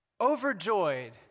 overjoyed